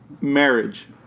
Marriage